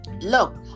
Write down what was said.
Look